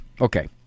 Okay